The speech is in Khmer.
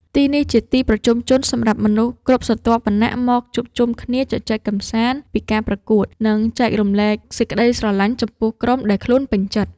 ទីនេះជាទីប្រជុំជនសម្រាប់មនុស្សគ្រប់ស្រទាប់វណ្ណៈមកជួបជុំគ្នាជជែកកម្សាន្តពីការប្រកួត និង ចែករំលែកសេចក្តីស្រលាញ់ចំពោះក្រុមដែលខ្លួនពេញចិត្ត។